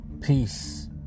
Peace